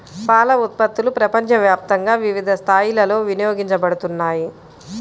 పాల ఉత్పత్తులు ప్రపంచవ్యాప్తంగా వివిధ స్థాయిలలో వినియోగించబడుతున్నాయి